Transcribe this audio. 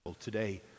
today